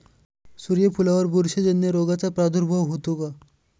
सूर्यफुलावर बुरशीजन्य रोगाचा प्रादुर्भाव होतो का?